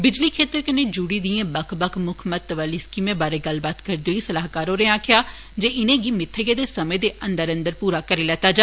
बिजली खेतर कन्नै जुड़ी दियें बक्ख बक्ख मुक्ख महत्व आह्ली स्कीमें बारै गल्ल करदे होई सलाहकार होरें आक्खेआ जे इनेंगी मित्थे गेदे समें दे अंदर अंदर पूरा करी लैता जा